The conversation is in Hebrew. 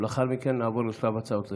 ולאחר מכן נעבור לשלב ההצעות לסדר-היום.